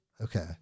okay